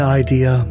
idea